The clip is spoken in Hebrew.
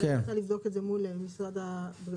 אז אני אבדוק את זה מול משרד הבריאות.